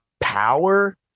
power